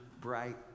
bright